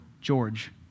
George